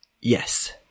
Yes